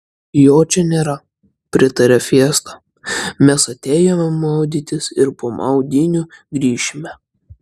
jo čia nėra pritarė fiesta mes atėjome maudytis ir po maudynių grįšime